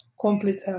complete